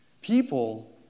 People